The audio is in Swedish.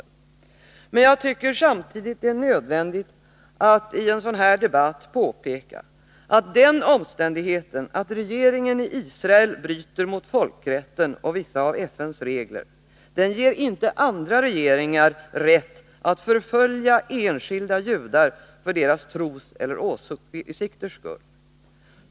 Men jag tycker samtidigt att det är nödvändigt att i en sådan här debatt påpeka att den omständigheten att regeringen i Israel bryter mot folkrätten och vissa av FN:s regler inte ger andra regeringar rätt att förfölja enskilda judar för deras tros eller åsikters skull.